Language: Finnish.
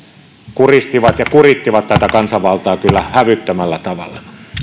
kuristivat ja kurittivat tätä kansanvaltaa kyllä hävyttömällä tavalla